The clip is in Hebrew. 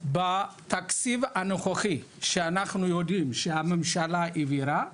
בתקציב הנוכחי שאנחנו יודעים שהממשלה העבירה,